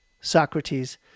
Socrates